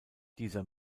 dieser